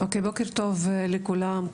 בוקר טוב לכולם,